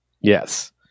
Yes